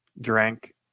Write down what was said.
Drank